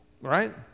Right